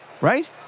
right